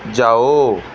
ਜਾਓ